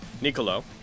Niccolo